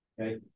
okay